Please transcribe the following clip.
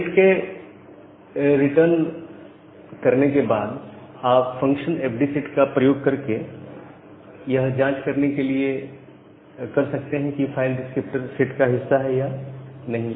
select के return करने के बाद आप फंक्शन एफडी सेट का प्रयोग यह जांच करने के लिए कर सकते हैं कि फाइल डिस्क्रिप्टर सेट का हिस्सा है या नहीं